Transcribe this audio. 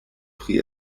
pri